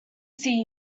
see